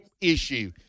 issue